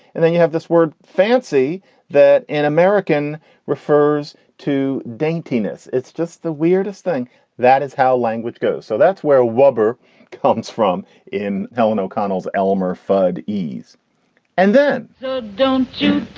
and then you have this word fancy that an american refers to de antinous. it's just the weirdest thing that is how language goes. so that's where ah one br comes from in. helen o'connell's elmer fudd e's and then don't you?